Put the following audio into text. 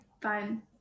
fine